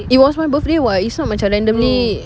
it was my birthday [what] it's not macam randomly